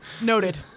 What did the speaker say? noted